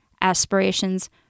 aspirations